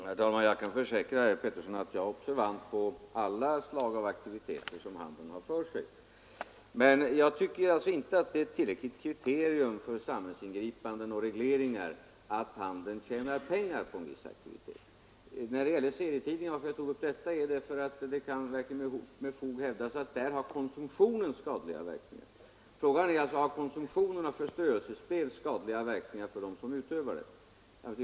Herr talman! Jag kan försäkra herr Pettersson i Lund att jag är Torsdagen den observant på alla slag av aktiviteter inom handeln. Men jag tycker alltså 25 april 1974 inte att det är ett tillräckligt kriterium för samhällsingripanden och — regleringar att handeln tjänar pengar på en viss aktivitet. Att jag tog upp serietidningarna berodde på att man där med fog kan hävda att konsumtionen har skadliga verkningar. Frågan är alltså: Har konsumtionen av förströelsespel skadliga verkningar för dem som utövar spelet?